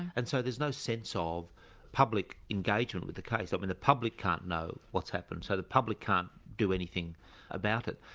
and so there's no sense of public engagement with the case. i mean the public can't know what's happened, so the public can't do anything about it.